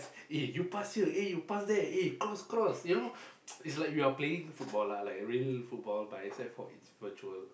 eh you pass here eh you pass there eh cross cross you know it's like you are playing football lah like really football but except for it's virtual